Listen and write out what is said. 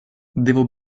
devo